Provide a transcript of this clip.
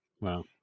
Wow